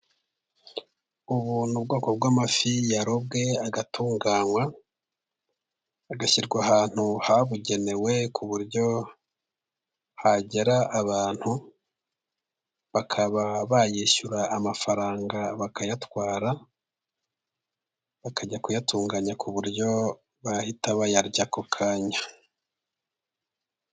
Ubu ni ubwoko bw'amafi yarobwe agatunganywa agashyirwa ahantu habugenewe ku buryo hagera abantu bakaba bayishyura amafaranga bakayatwara bakajya kuyatunganya ku buryo bahita bayarya ako kanya.